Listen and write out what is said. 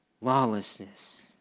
lawlessness